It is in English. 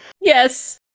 Yes